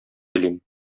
телим